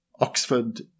Oxford